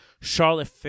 Charlotte